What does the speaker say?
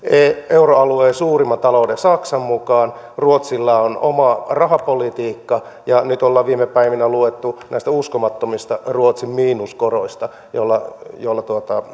euroalueen suurimman talouden saksan mukaan ruotsilla on oma rahapolitiikka ja nyt ollaan viime päivinä luettu näistä uskomattomista miinuskoroista joilla joilla